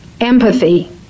empathy